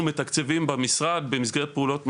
מתקצבים במשרד במסגרת פעולות משלימות,